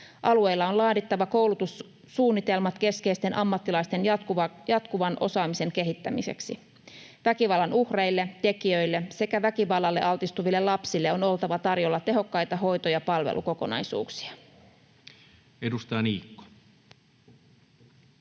Alueilla on laadittava koulutussuunnitelmat keskeisten ammattilaisten jatkuvan osaamisen kehittämiseksi. Väkivallan uhreille, tekijöille sekä väkivallalle altistuville lapsille on oltava tarjolla tehokkaita hoito- ja palvelukokonaisuuksia. [Speech 191]